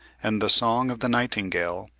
and the song of the nightingale,